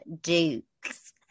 Dukes